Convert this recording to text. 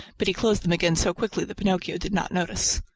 but he closed them again so quickly that pinocchio did not notice.